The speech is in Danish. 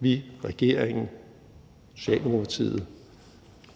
Vi – regeringen, Socialdemokratiet –